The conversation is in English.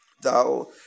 Thou